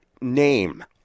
name